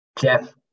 Jeff